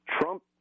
Trump